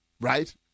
right